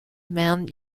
men